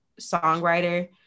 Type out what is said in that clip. songwriter